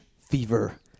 fever